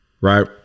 right